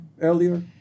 earlier